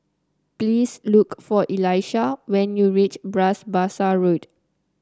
please look for Elisha when you reach Bras Basah Road